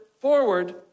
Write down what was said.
forward